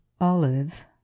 Olive